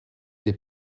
des